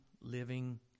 living